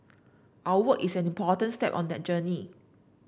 our work is an important step on that journey